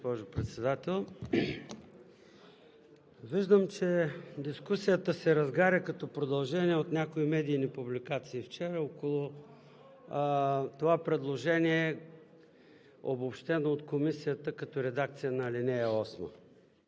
Ви, госпожо Председател. Виждам, че дискусията се разгаря като продължение от някои медийни публикации вчера около това предложение, обобщено от Комисията като редакция на ал. 8.